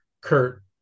Kurt